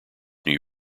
new